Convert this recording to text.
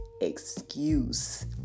excuse